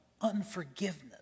unforgiveness